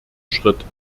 schritt